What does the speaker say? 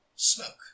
smoke